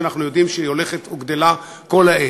שאנחנו יודעים שהיא הולכת וגדלה כל העת.